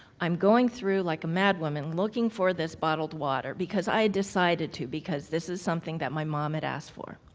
i'm going through like a mad woman looking for this bottled water because i decided to because this is something that my mom had asked for.